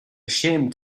ashamed